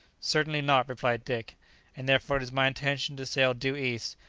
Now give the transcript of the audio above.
certainly not, replied dick and therefore it is my intention to sail due east,